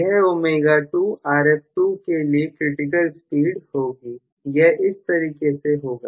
यह ω2 R2f के लिए क्रिटिकल स्पीड होगी यह इस तरीके से होगा